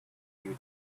you